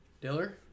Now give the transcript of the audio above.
Diller